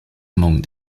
among